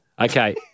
Okay